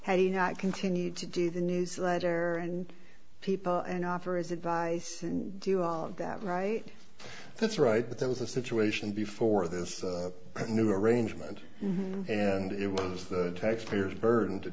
have you not continue to do the newsletter and people and offer his advice and do all of that right that's right but there was a situation before this new arrangement and it was the taxpayers burden to